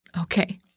Okay